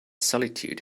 solitude